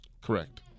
correct